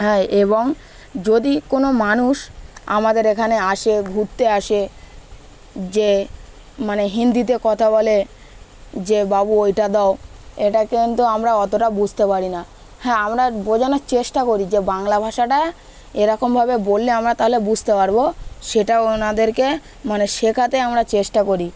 হ্যাঁ এবং যদি কোনো মানুষ আমাদের এখানে আসে ঘুরতে আসে যে মানে হিন্দিতে কথা বলে যে বাবু ওইটা দাও এটা কিন্তু আমরা অতটা বুঝতে পারি না হ্যাঁ আমরা বোঝানোর চেষ্টা করি যে বাংলা ভাষাটা এরকমভাবে বললে আমরা তাহলে বুঝতে পারবো সেটাও ওনাদেরকে মানে শেখাতে আমরা চেষ্টা করি